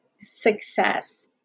success